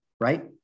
Right